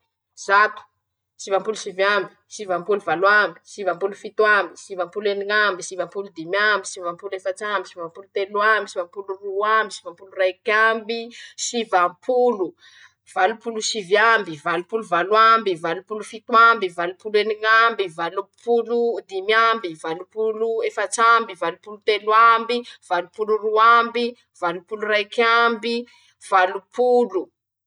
<...>, zato, sivam-polo sivy amby; sivam-polo valo amby, sivam-polo fito amby, sivam-polo eniñ'amby, sivam-polo dimy amby, sivam-polo efats'amby, sivam-polo telo amby, sivam-polo roamby, sivam-polo raik'amby, sivam-polo o, valo polo sivy amby, valo polo valo amby, valo polo fito amby, valo polo eniñ'amby, valo polo dimy amby, valo polo efats'amby, valo polo telo amby, valo polo roamby, valo polo raik'amby, valo polo.